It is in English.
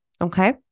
Okay